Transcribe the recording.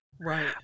Right